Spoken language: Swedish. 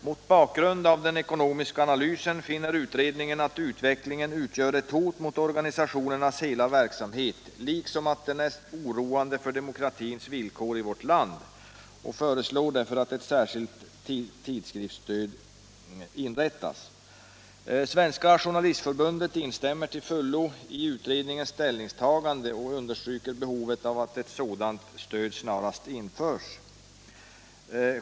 Mot bakgrund av den ekonomiska analysen finner utredningen att utvecklingen utgör ett hot mot organisationernas hela verksamhet, liksom att den är oroande för demokratins villkor i vårt land, och föreslår att ett särskilt statligt tidskriftsstöd inrättas. SJF instämmer till fullo i utredningens ställningstagande och vill understryka behovet av att ett sådant stöd snarast införs.